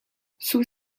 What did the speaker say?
sous